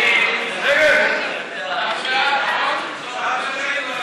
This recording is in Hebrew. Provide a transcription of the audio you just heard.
להעביר לוועדה את הצעת חוק שירות ביטחון